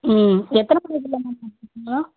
ம் எத்தனை மணிக்குள்ளே மேம்